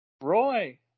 Roy